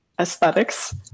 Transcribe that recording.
aesthetics